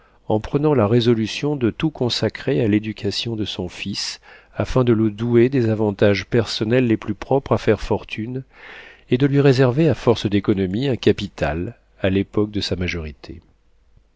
en prenant la résolution de tout consacrer à l'éducation de son fils afin de le douer des avantages personnels les plus propres à faire fortune et de lui réserver à force d'économies un capital à l'époque de sa majorité